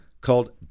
called